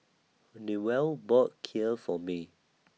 Newell bought Kheer For May